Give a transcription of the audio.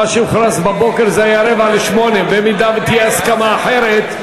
מה שהוכרז בבוקר היה 19:45. אם תהיה הסכמה אחרת,